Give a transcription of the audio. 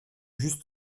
juste